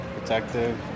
protective